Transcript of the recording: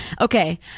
okay